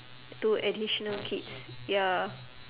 two additional kids ya